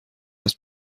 است